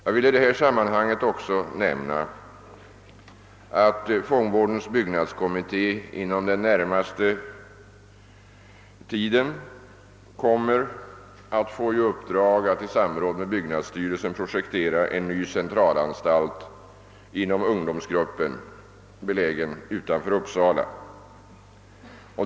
Jag vill i detta sammanhang också nämna att fångvårdens byggnadskommitté inom den närmaste tiden kommer att få i uppdrag att i samråd med byggnadsstyrelsen projektera en ny centralanstalt inom ungdomsgruppen, belägen utanför Uppsala.